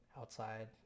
outside